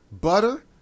butter